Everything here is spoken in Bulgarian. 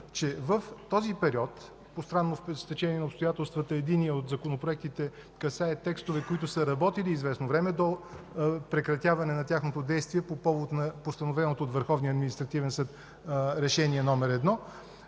че в този период – по странно стечение на обстоятелствата единият от законопроектите касае текстове, които са работели известно време до прекратяване на тяхното действие по повод на постановеното от Върховния административен съд Решение № 1,